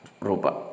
Rupa